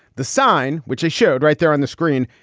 the sign, which i showed right there on the screen,